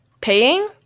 paying